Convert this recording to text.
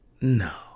No